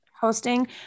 hosting